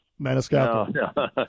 Maniscalco